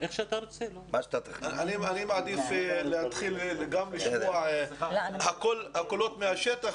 אני מעדיף להתחיל גם לשמוע את הקולות מהשטח